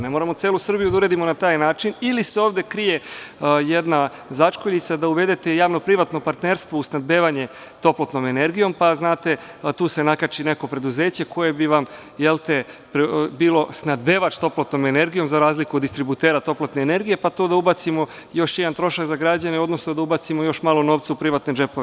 Ne moramo celu Srbiju da uredimo na taj način ili se ovde krije jedna začkoljica, da uvedete javno privatno partnerstvo u snabdevanje toplotnom energijom, pa se tu nakači neko preduzeće koje bi vam bilo snabdevač toplotnom energijom, za razliku od distributera toplotne energije pa tu da ubacimo još jedan trošak za građane, odnosno da ubacimo još malo novca u privatne džepove.